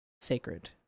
sacred